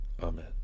amen